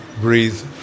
breathe